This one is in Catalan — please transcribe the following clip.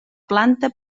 planta